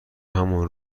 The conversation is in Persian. همان